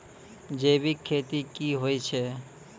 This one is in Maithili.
जैविक खेती की होय छै?